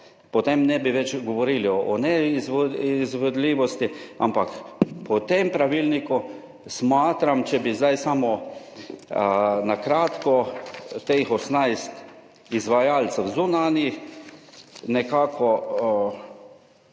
potem ne bi več govorili o neizvedljivosti, ampak po tem pravilniku smatram, če bi zdaj samo na kratko teh 18 izvajalcev zunanjih nekako